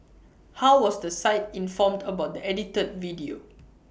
how was the site informed about the edited video